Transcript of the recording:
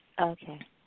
Okay